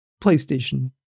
PlayStation